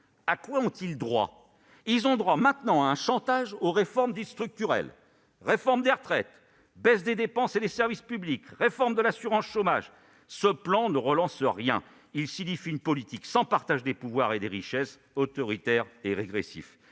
à quoi ont-ils droit maintenant ? Ils ont le droit à un chantage aux réformes dites « structurelles »: réforme des retraites, baisse des dépenses et des services publics, réforme de l'assurance chômage. Ce plan ne relance rien ; il signifie une politique sans partage des pouvoirs et des richesses, autoritaire et régressif.